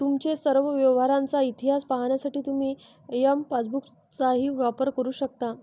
तुमच्या सर्व व्यवहारांचा इतिहास पाहण्यासाठी तुम्ही एम पासबुकचाही वापर करू शकता